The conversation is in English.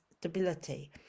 stability